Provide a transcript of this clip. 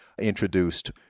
introduced